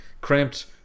cramped